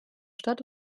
stadt